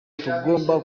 tugomba